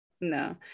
No